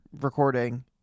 recording